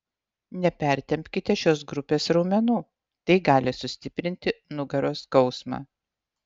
nepertempkite šios grupės raumenų tai gali sustiprinti nugaros skausmą